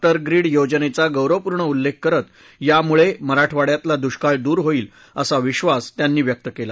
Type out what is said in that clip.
उे grid योजनेचा गौरवपूर्ण उल्लेख करत यामुळे मराठवाड्यातला दुष्काळ दूर होईल असा विधास त्यांनी यावेळी व्यक्त केला